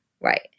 Right